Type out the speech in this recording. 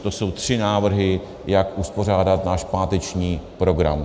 To jsou tři návrhy, jak uspořádat náš páteční program.